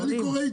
אני אומר,